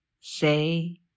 Say